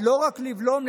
ולא רק לבלום,